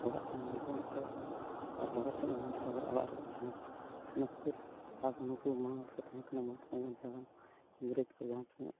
ᱚᱲᱟᱜ ᱠᱷᱚᱱ ᱵᱟᱵᱚ ᱩᱰᱩᱠ ᱫᱟᱲᱮᱭᱟᱜᱼᱟ ᱟᱨ ᱵᱟᱨᱦᱮ ᱥᱮᱫ ᱦᱚᱸ ᱵᱟᱵᱚᱱ ᱪᱟᱞᱟᱣ ᱫᱟᱲᱮᱭᱟᱜᱼᱟ ᱚᱲᱟᱜ ᱨᱮᱜᱮ ᱵᱚᱱ ᱛᱟᱦᱮᱱᱟ ᱚᱱᱟ ᱠᱷᱟᱹᱛᱤᱨ ᱟᱵᱚ ᱱᱩᱠᱩ ᱢᱟᱲᱟᱝ ᱨᱮᱠᱚ ᱛᱟᱦᱮᱸ ᱠᱟᱱᱟ ᱢᱚᱦᱟᱛᱢᱟ ᱜᱟᱱᱫᱷᱤ ᱦᱟᱲᱟᱢ ᱤᱝᱨᱮᱡᱽ ᱠᱚ ᱡᱟᱦᱟᱸ ᱛᱤᱱᱟᱹᱜ